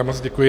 Moc děkuji.